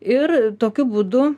ir tokiu būdu